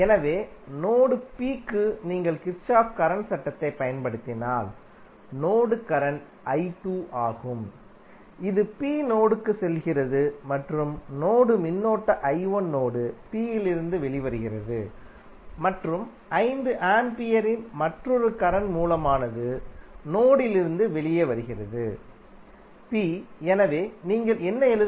எனவே node P க்கு நீங்கள் கிர்ச்சோஃப் கரண்ட் சட்டத்தைப் பயன்படுத்தினால் நோடு கரண்ட் ஆகும் இது P நோடுக்கு செல்கிறது மற்றும் நோடு மின்னோட்ட நோடு P இலிருந்து வெளிவருகிறது மற்றும் 5 ஆம்பியரின் மற்றொரு கரண்ட் மூலமானது நோடிலிருந்து வெளியே வருகிறது P எனவே நீங்கள் என்ன எழுத முடியும்